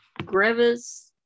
Grevis